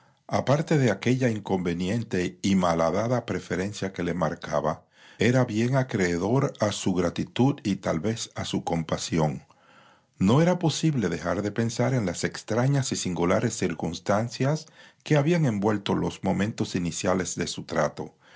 aparte de aquella inconveniente y malhadada preferencia que le marcaba era bien acreedor a su gratitud y tal vc a su compasión no era posible dejar de pensar en las extrañas y singulares circunstancias que habían envuelto los momentos iniciales de su trato